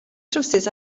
trowsus